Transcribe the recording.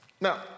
Now